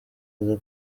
aza